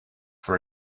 for